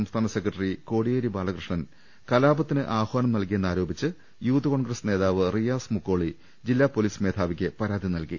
സംസ്ഥാന സെക്രട്ടറി കോടിയേരി ബാലകൃഷ്ണൻ കലാപത്തിന് ആഹ്വാനം നൽകിയെന്ന് ആരോപിച്ച് യുത്ത് കോൺഗ്രസ് നേതാവ് റിയാസ് മുക്കോളി ജില്ലാ പോലീസ് മേധാവിക്ക് പരാതി നൽകി